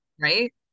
right